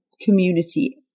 community